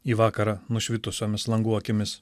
į vakarą nušvitusiomis langų akimis